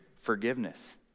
forgiveness